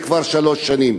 וזה כבר שלוש שנים.